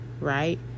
right